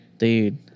Dude